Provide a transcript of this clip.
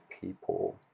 people